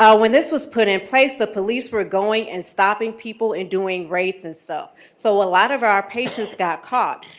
when this was put in place, the police were going and stopping people and doing raids and stuff. so a lot of our patients got caught.